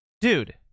Dude